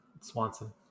Swanson